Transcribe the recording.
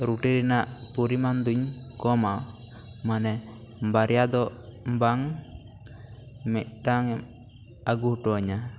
ᱨᱩᱴᱤ ᱨᱮᱱᱟᱜ ᱯᱚᱨᱤ ᱢᱟᱱ ᱫᱩᱧ ᱠᱚᱢᱟ ᱢᱟᱱᱮ ᱵᱟᱨᱭᱟ ᱫᱚ ᱵᱟᱝ ᱢᱤᱫᱴᱟᱝ ᱟᱹᱜᱩ ᱦᱚᱴᱚ ᱟᱹᱧᱟ